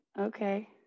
Okay